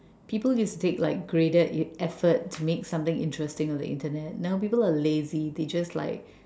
people used to take like greater effort to make something on the internet now people are lazy they just like